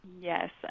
Yes